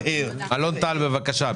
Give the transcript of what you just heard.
אלון טל, בבקשה.